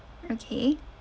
okay